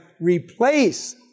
replace